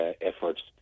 efforts